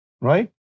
right